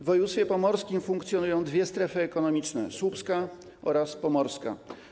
W województwie pomorskim funkcjonują dwie strefy ekonomiczne - słupska oraz pomorska.